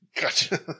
Gotcha